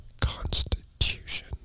Constitution